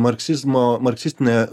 marksizmo marksistinė